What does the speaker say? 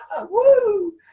Woo